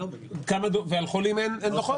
ועל חולים אין דוחות?